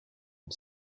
une